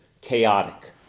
chaotic